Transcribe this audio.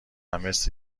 مثل